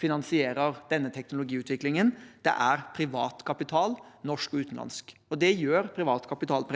finansierer denne teknologiutviklingen. Det er privat kapital, norsk og utenlandsk. Det gjør privat kapital